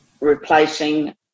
replacing